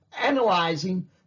analyzing